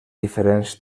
diferents